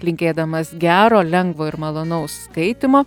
linkėdamas gero lengvo ir malonaus skaitymo